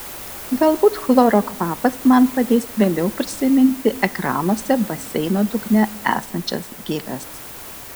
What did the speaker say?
galbūt chloro kvapas man padės vėliau prisiminti ekranuose baseino dugne esančias gėles